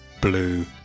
blue